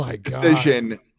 decision